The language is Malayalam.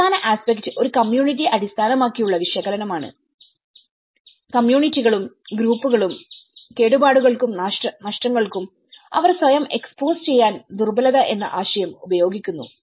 അവസാന ആസ്പെക്ട് ഒരു കമ്മ്യൂണിറ്റി അടിസ്ഥാനമാക്കിയുള്ള വിശകലനമാണ് കമ്മ്യൂണിറ്റികളും ഗ്രൂപ്പുകളും കേടുപാടുകൾക്കും നഷ്ടങ്ങൾക്കും അവർ സ്വയം എക്സ്പോസ് ചെയ്യാൻ ദുർബലത എന്ന ആശയം ഉപയോഗിക്കുന്നു